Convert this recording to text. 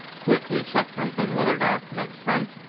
quickly check something, whether that makes sense.